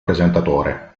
presentatore